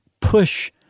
push